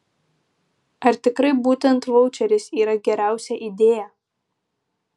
ar tikrai būtent vaučeris yra geriausia idėja